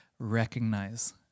recognize